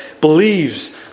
believes